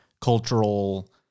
cultural